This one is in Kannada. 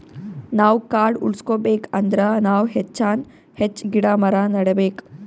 ನಾವ್ ಕಾಡ್ ಉಳ್ಸ್ಕೊಬೇಕ್ ಅಂದ್ರ ನಾವ್ ಹೆಚ್ಚಾನ್ ಹೆಚ್ಚ್ ಗಿಡ ಮರ ನೆಡಬೇಕ್